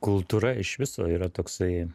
kultūra iš viso yra toksai